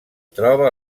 troba